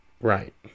Right